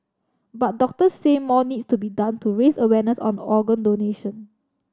but doctors say more needs to be done to raise awareness on organ donation